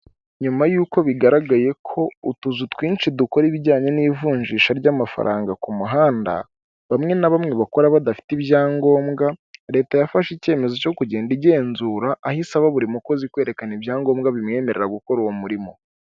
Nyuma y'uko bigaragaye ko utuzu twinshi dukora ibijyanye n'ivunjisha ry'amafaranga ku muhanda, bamwe na bamwe bakora badafite ibyangombwa, leta yafashe icyemezo cyo kugenda igenzura aho isaba buri mukozi kwerekana ibyangombwa bimwemerera gukora uwo murimo.